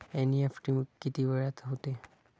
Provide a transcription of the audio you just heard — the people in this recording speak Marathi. एन.इ.एफ.टी किती वेळात होते?